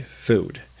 food